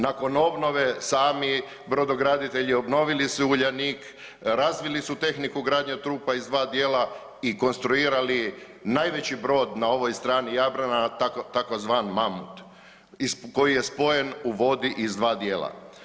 Nakon obnove sami brodograditelji obnovili su Uljanik, razvili su tehniku gradnje trupa iz dva dijela i konstruirali najveći brod na ovoj strani Jadrana tzv. Mamut koji je spojen u vodi iz dva dijela.